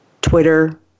twitter